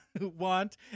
want